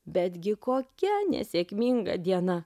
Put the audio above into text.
betgi kokia nesėkminga diena